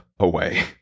away